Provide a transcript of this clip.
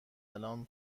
الان